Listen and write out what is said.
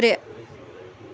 ترٛےٚ